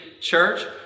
church